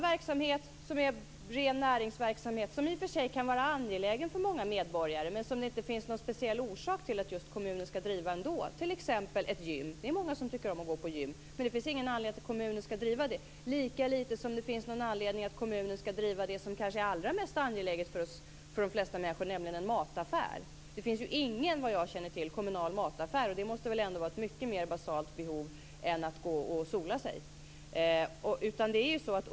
Det finns ren näringsverksamhet som i och för sig kan vara angelägen för många medborgare men som det inte finns någon speciell orsak för just kommunen att driva, t.ex. ett gym. Det är många som tycker om att gå på gym, men det finns ingen anledning för kommunen att driva ett sådant. Lika lite finns det anledning för kommunen att driva en mataffär, även om den sysslar med sådant som är bland det mest angelägna för de flesta människor. Det finns såvitt jag känner till inte någon kommunal mataffär, och en sådan måste väl ändå tillgodose ett mycket mer basalt behov än t.ex. av att sola sig.